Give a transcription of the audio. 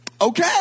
okay